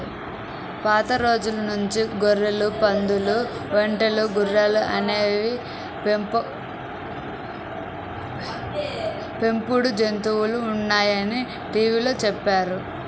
పాత రోజుల నుంచి గొర్రెలు, పందులు, ఒంటెలు, గుర్రాలు అనేవి పెంపుడు జంతువులుగా ఉన్నాయని టీవీలో చెప్పారు